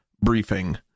briefing